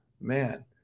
man